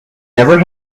never